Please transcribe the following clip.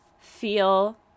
feel